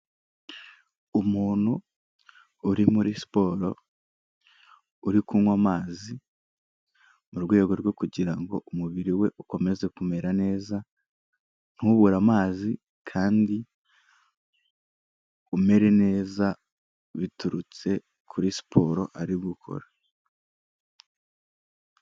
Umuntu uri muri siporo uri kunywa amazi, mu rwego rwo kugira ngo umubiri we ukomeze kumera neza, ntubure amazi kandi umere neza biturutse kuri siporo ari gukora.